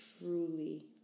truly